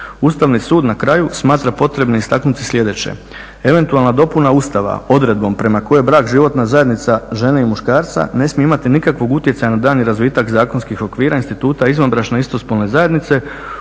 Ustavni sud na kraju smatra potrebnim istaknuti sljedeće. Eventualna dopuna Ustava odredbom prema kojoj je brak životna zajednica žene i muškarca ne smije imati nikakvog utjecaja na daljnji razvitak zakonskih okvira, instituta izvanbračne i istospolne zajednice